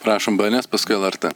prašom bėenes paskui lrt